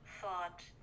thought